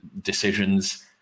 decisions